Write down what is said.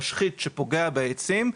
משחית שפוגע בעצים,